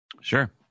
Sure